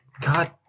God